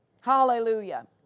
Hallelujah